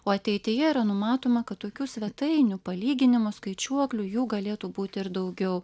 o ateityje yra numatoma kad tokių svetainių palyginimų skaičiuoklių jų galėtų būti ir daugiau